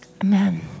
Amen